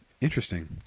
Interesting